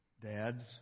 Dads